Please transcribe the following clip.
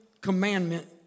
commandment